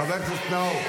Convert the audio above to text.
חבר הכנסת נאור,